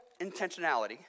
intentionality